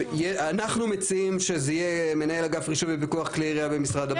אנחנו מציעים שזה יהיה מנהל אגף רישוי ופיקוח כלי ירייה במשרד הבט"פ.